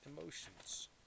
emotions